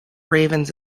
ravens